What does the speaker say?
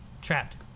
trapped